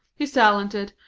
he's talented,